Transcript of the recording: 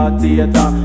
theater